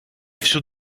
всю